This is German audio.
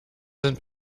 sind